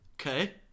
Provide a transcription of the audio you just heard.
Okay